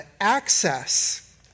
access